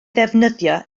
ddefnyddio